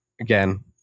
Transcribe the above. again